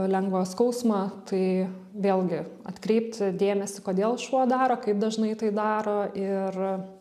lengvą skausmą tai vėlgi atkreipti dėmesį kodėl šuo daro kaip dažnai tai daro ir